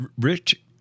Rich